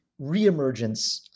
reemergence